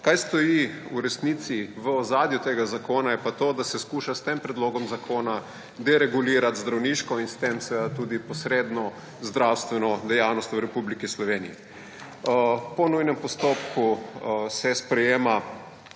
Kaj stoji v resnici v ozadju tega zakona je pa to, da se poskuša s tem predlogom zakona deregulirati zdravniško in posredno zdravstveno dejavnost v Republiki Sloveniji. Po nujnem postopku se sprejema